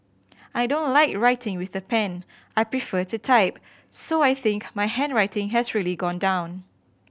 I don't like writing with the pen I prefer to type so I think my handwriting has really gone down